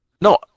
No